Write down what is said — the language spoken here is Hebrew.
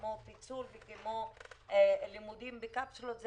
כמו פיצול כיתות וכמו לימודים בקפסולות,